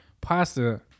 pasta